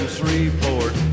Shreveport